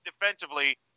defensively